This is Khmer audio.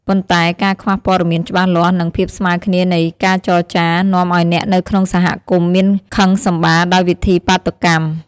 ប៉ុន្តែការខ្វះព័ត៌មានច្បាស់លាស់និងភាពស្មើរគ្នានៃការចរចា នាំឲ្យអ្នកនៅក្នុងសហគមន៍មានខឹងសម្បារដោយវិធីបាតុកម្ម។